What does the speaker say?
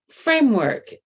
Framework